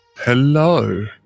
Hello